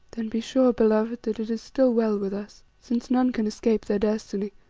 then be sure, beloved, that it is still well with us, since none can escape their destiny,